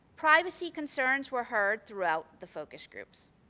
privacy concerns were heard throughout the focus group. so